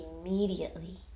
immediately